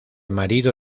marido